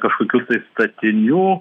kažkokių tai statinių